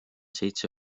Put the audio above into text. seitse